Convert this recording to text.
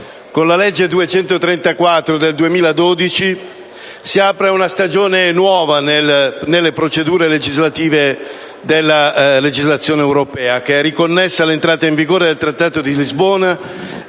con la legge n. 234 del 2012 si apre una stagione nuova nelle procedure legislative della legislazione europea, che è riconnessa all'entrata in vigore del Trattato di Lisbona,